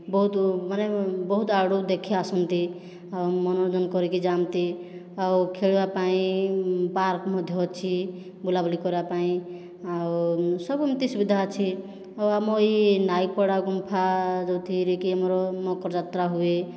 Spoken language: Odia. ବହୁତ ମାନେ ବହୁତ ଆଡ଼ୁ ଦେଖି ଆସନ୍ତି ଆଉ ମନୋରଞ୍ଜନ କରିକି ଯାଆନ୍ତି ଆଉ ଖେଳିବା ପାଇଁ ପାର୍କ ମଧ୍ୟ ଅଛି ବୁଲା ବୁଲି କରିବା ପାଇଁ ଆଉ ସବୁ ଏମିତି ସୁବିଧା ଅଛି ଓ ଆମ ଏଇ ନାଏକ ପଡ଼ା ଗୁମ୍ଫା ଯେଉଁଥିରେକି ଆମର ମକର ଯାତ୍ରା ହୁଏ